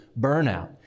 burnout